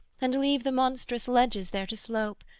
and leave the monstrous ledges there to slope,